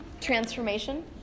transformation